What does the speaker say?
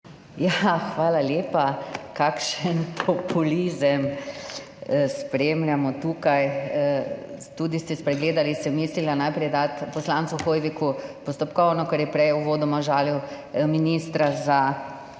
Hvala lepa. Kakšen populizem spremljamo tukaj. Spregledali ste tudi to, za kar sem mislila najprej dati poslancu Hoiviku postopkovno, ker je prej uvodoma žalil ministra za